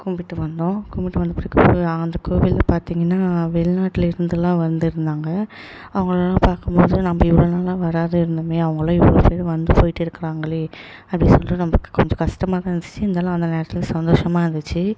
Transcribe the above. கும்பிட்டு வந்தோம் கும்பிட்டு வந்தப்பிறகு அந்த கோவிலில் பார்த்திங்கன்னா வெளிநாட்லேருந்தெல்லாம் வந்திருந்தாங்க அவங்களெல்லாம் பார்க்கும் போது நம்ம இவ்வளோ நாளாக வராத இருந்தோம் அவங்களாம் எவ்வளோ பேர் வந்து போயிட்டு இருக்கிறாங்களே அப்படின் சொல்லிட்டு நமக்கு கொஞ்சம் கஷ்டமா தான் இருந்துச்சு இருந்தாலும் அந்த நேரத்தில் சந்தோஷமாக இருந்துச்சு